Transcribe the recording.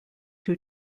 two